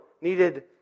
needed